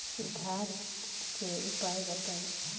सुधार के उपाय बताई?